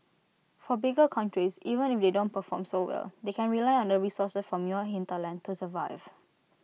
for bigger countries even they don't perform so well they can rely on the resources from your hinterland to survive